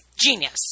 genius